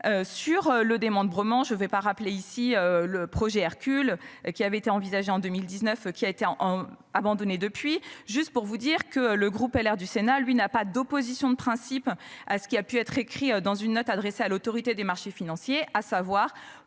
Sur le démembrement je vais pas rappeler ici le projet Hercule qui avait été envisagé en 2019 qui a été en en abandonné depuis juste pour vous dire que le groupe LR du Sénat, lui, n'a pas d'opposition de principe à ce qui a pu être écrit dans une note adressée à l'Autorité des marchés financiers à savoir